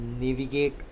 navigate